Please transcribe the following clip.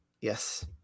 Yes